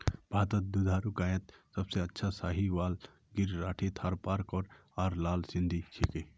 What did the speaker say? भारतत दुधारू गायत सबसे अच्छा साहीवाल गिर राठी थारपारकर आर लाल सिंधी छिके